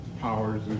powers